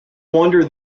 wonder